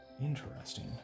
interesting